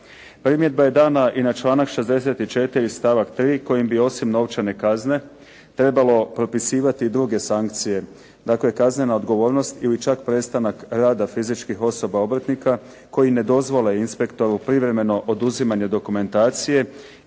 Primjedba je dana i na članak 64. stavak 3. kojim bi osim novčane kazne trebalo propisivati i druge sankcije. Dakle kaznena odgovornost ili čak prestanak rada fizičkih osoba obrtnika koji ne dozvole inspektoru privremeno oduzimanju dokumentacije